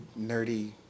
nerdy